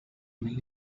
male